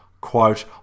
quote